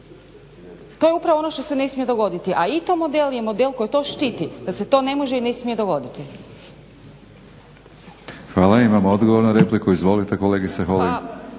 To je upravo ono što se ne smije dogoditi. A ITO model je model koji to štiti, da se to ne može i ne smije dogoditi. **Batinić, Milorad (HNS)** Hvala. Imamo odgovor na repliku. Izvolite kolegice Holy.